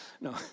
No